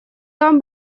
там